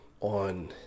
on